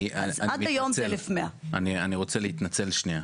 עד היום זה 1,100. אני רוצה להתנצל שנייה.